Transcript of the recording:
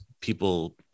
people